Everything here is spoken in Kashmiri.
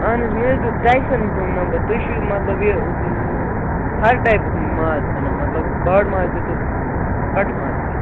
اَہن حظ مےٚ حظ دیُت ٹایسَنَن تُہُنٛد نمبر تُہۍ چھُو مطلب یہِ ہَر ٹایپُک ماز کٕنان مطلب باڈ ماز تہِ تہٕ کَٹہٕ ماز تہِ